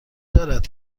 دارد